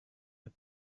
had